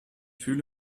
fühle